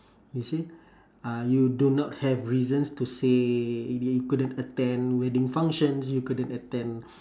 you see uh you do not have reasons to say maybe you couldn't attend wedding functions you couldn't attend